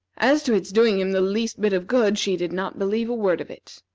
as to its doing him the least bit of good, she did not believe a word of it.